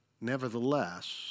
Nevertheless